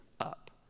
up